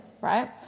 right